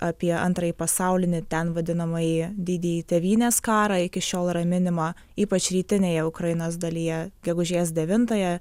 apie antrąjį pasaulinį ten vadinamąjį didįjį tėvynės karą iki šiol yra minima ypač rytinėje ukrainos dalyje gegužės devintąją